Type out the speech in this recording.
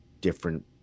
different